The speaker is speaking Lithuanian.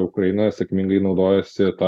ukraina sėkmingai naudojasi ta